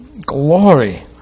glory